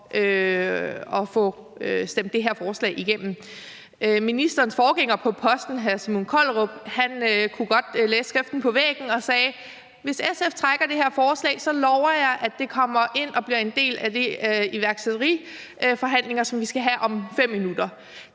at få stemt det her forslag igennem. Ministerens forgænger på posten, hr. Simon Kollerup, kunne godt læse skriften på væggen og sagde: Hvis SF trækker det her forslag, lover jeg, at det bliver en del af de her iværksætteriforhandlinger, som vi skal have om fem minutter.